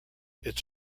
its